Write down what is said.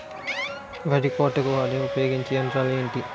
వరి కోతకు వాడే ఉపయోగించే యంత్రాలు ఏంటి?